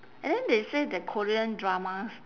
and then they say the korean dramas